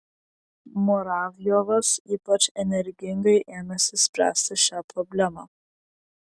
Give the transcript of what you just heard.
muravjovas ypač energingai ėmėsi spręsti šią problemą